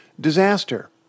disaster